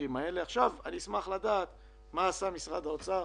אני אשמח לדעת מה עשה משרד האוצר